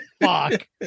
fuck